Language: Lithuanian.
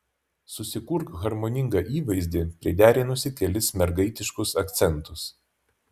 susikurk harmoningą įvaizdį priderinusi kelis mergaitiškus akcentus